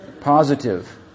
positive